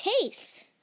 taste